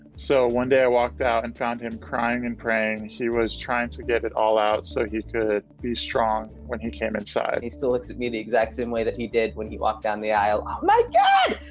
so, one day i walked out and found him crying and praying. he was trying to get it all out, so he could be strong when he came inside. he still looks at me the exact same that he did when he walked down the aisle. my god!